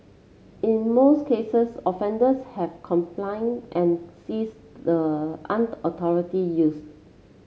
in most cases offenders have complied and ceased the unauthorised use